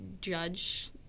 Judge